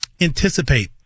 anticipate